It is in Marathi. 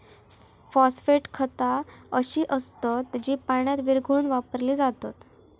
फॉस्फेट खता अशी असत जी पाण्यात विरघळवून वापरली जातत